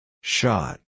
Shot